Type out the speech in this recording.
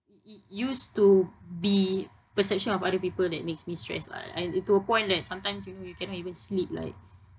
u~ used to be perception of other people that makes me stress lah I to a point that sometimes you know you cannot even sleep like